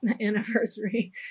anniversary